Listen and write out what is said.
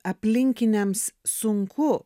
aplinkiniams sunku